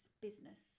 business